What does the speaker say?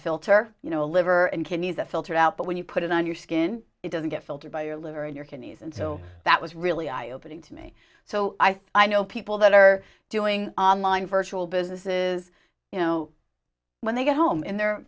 filter you know a liver and kidneys are filtered out but when you put it on your skin it doesn't get filtered by your liver and your kidneys and so that was really eye opening to me so i think i know people that are doing online virtual businesses you know when they get home in their